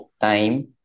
time